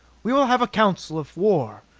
we will have a council of war,